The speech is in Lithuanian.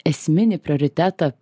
esminį prioritetą